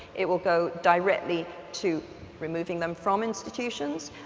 it will go directly to removing them from institutions,